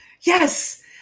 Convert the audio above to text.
Yes